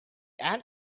end